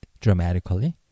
dramatically